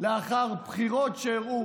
לאחר הבחירות הראו